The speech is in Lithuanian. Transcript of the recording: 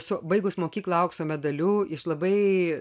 esu baigus mokyklą aukso medaliu iš labai